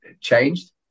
changed